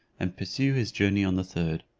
and pursue his journey on the third.